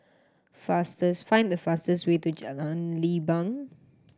fastest find the fastest way to Jalan Leban